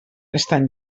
estan